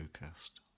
focused